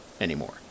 anymore